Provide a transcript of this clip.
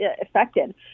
affected